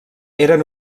eren